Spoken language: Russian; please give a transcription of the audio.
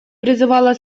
призывала